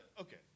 okay